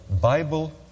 Bible